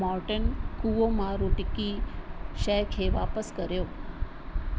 Morton कुओमार टिकी शइ खे वापसि करियो